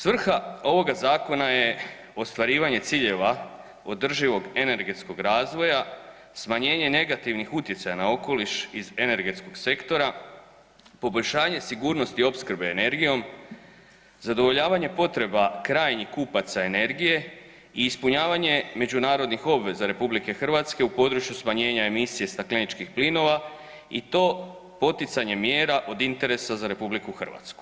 Svrha ovoga zakona je ostvarivanje ciljeva održivog energetskog razvoja, smanjenje negativnih utjecaja na okoliš iz energetskog sektora, poboljšanje sigurnosti opskrbe energijom, zadovoljavanje potreba krajnjih kupaca energije i ispunjavanje međunarodnih obveza RH u području smanjenja emisije stakleničkih plinova i to poticanje mjera od interesa za RH.